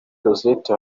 josette